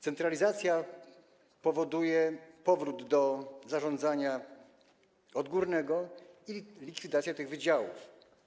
Centralizacja powoduje powrót do zarządzania odgórnego i likwidację tych wydziałów.